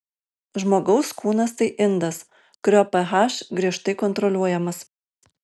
žmogaus kūnas tai indas kurio ph griežtai kontroliuojamas